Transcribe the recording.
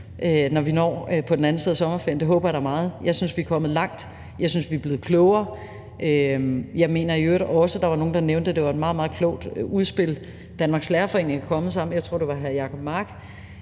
når vi når til den anden side af sommerferien. Det håber jeg da meget. Jeg synes, vi er kommet langt. Jeg synes, vi er blevet klogere. Jeg mener i øvrigt også, at der var nogen – jeg tror, det var hr. Jacob Mark – der nævnte, at det er et meget, meget klogt udspil, Danmarks Lærerforening er kommet med, og skolelærerne er